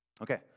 Okay